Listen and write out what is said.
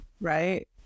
right